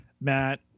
Matt